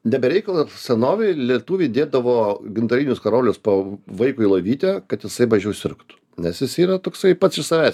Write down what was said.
ne be reikalo senovėj lietuviai dėdavo gintarinius karolius po vaikui į lovytę kad jisai mažiau sirgtų nes jis yra toksai pats iš savęs